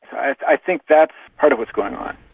i think that's part of what's going on.